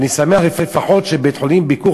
ואני שמח שלפחות בית-החולים "ביקור